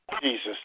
Jesus